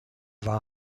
war